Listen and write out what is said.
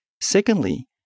Secondly